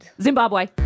Zimbabwe